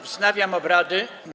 Wznawiam obrady.